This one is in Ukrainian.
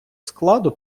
складу